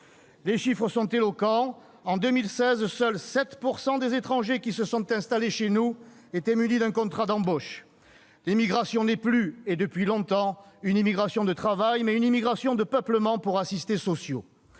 Les chiffres sont éloquents : en 2016, seuls 7 % des étrangers qui se sont installés chez nous étaient munis d'un contrat d'embauche. L'immigration n'est plus, et depuis longtemps, une immigration de travail, mais une immigration de peuplement pour assistés sociaux.